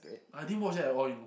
I didn't watch that at all you know